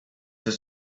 was